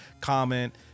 Comment